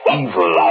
evil